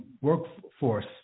workforce